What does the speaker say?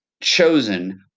chosen